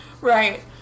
Right